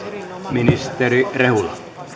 ministeri rehula arvoisa herra